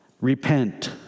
Repent